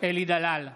אלי דלל,